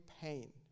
pain